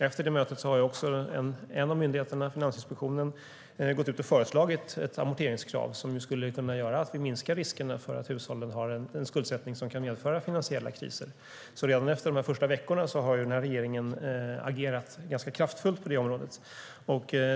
Efter det mötet har en av myndigheterna - Finansinspektionen - föreslagit ett amorteringskrav som skulle kunna göra att vi minskar riskerna för att hushållen har en skuldsättning som kan medföra finansiella kriser. Redan efter de första veckorna har den här regeringen agerat ganska kraftfullt på det området.